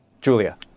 Julia